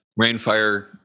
rainfire